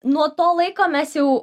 nuo to laiko mes jau